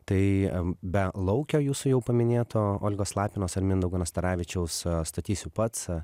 tai m be laukio jūsų jau paminėto olgos lapinos ar mindaugo nastaravičiaus statysiu pats